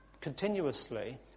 continuously